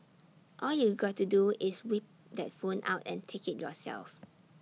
all you got to do is whip that phone out and take IT yourself